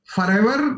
Forever